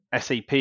sap